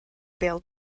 bêl